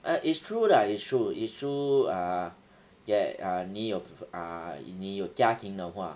uh it's true lah it's true it's true uh that uh 你有 uh if 你有家庭的话